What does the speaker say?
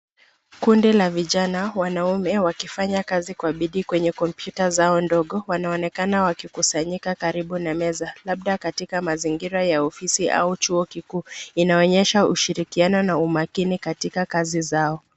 Kundi la vijana, wanaume wakifanya kazi kwa bidii kwenye kompyuta zao ndogo wanaonekana wakikusanyika karibu na meza labda katika mazingira ya ofisi au chuo kikuu, inaonyesha ushirikiano na umakini katika kazi zao.